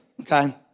okay